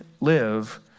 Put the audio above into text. live